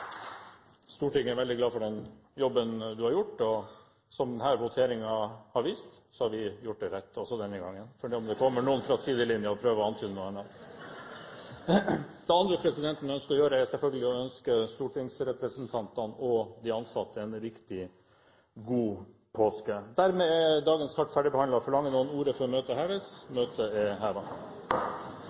Stortinget er veldig glad for den jobben du har gjort, og som denne voteringen har vist, så har vi gjort det rett også denne gangen – selv om det kommer noen fra sidelinjen og prøver å antyde noe annet. Det andre presidenten ønsker å gjøre, er selvfølgelig å ønske stortingsrepresentantene og de ansatte en riktig god påske! Dermed er dagens kart ferdigbehandlet. Forlanger noen ordet før møtet heves? – Møtet er